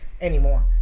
anymore